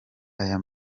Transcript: aya